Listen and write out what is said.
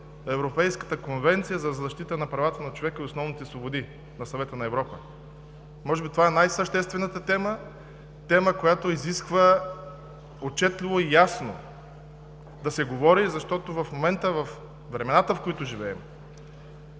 Европейската конвенция за защита на правата на човека и основните свободи на Съвета на Европа. Може би това е най-съществената тема, тема, която изисква отчетливо и ясно да се говори, защото в момента, във времената, в които живеем